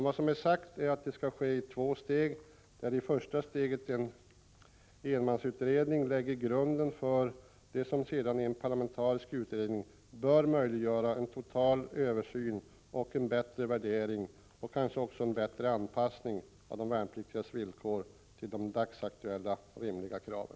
Vad som har sagts är att detta skall ske i två steg, där i det första steget en enmansutredning lägger grunden för det som sedan i en parlamentarisk utredning bör möjliggöra en total översyn, en bättre värdering och kanske också en bättre anpassning av de värnpliktigas villkor till de dagsaktuella rimliga kraven.